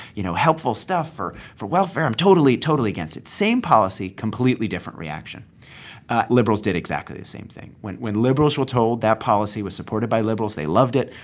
you know, helpful stuff for for welfare. i'm totally, totally against it. same policy, completely different reaction liberals did exactly the same thing. when when liberals were told that policy was supported by liberals, they loved it.